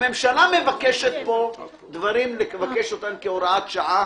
הממשלה מבקשת כאן דברים כהוראת שעה.